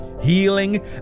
healing